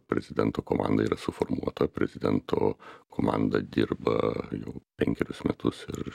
prezidento komanda yra suformuota prezidento komanda dirba jau penkerius metus ir